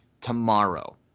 tomorrow